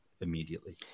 immediately